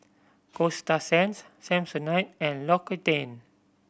Coasta Sands Samsonite and L'Occitane